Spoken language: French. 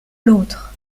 l’autre